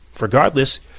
Regardless